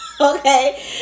Okay